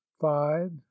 five